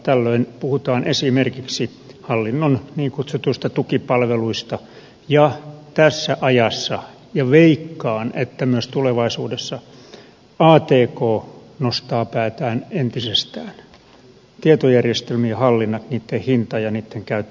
tällöin puhutaan esimerkiksi hallinnon niin kutsutuista tukipalveluista ja tässä ajassa ja veikkaan että myös tulevaisuudessa atk nostaa päätään entisestään tietojärjestelmien hallinnat niitten hinta ja niitten käyttö